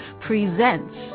presents